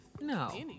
No